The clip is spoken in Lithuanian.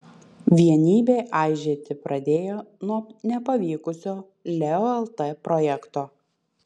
vienybė aižėti pradėjo nuo nepavykusio leo lt projekto